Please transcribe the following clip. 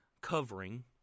covering